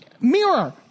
mirror